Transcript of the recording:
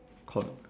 col~